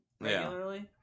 regularly